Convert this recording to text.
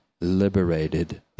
liberated